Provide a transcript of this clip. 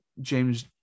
James